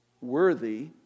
worthy